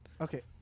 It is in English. Okay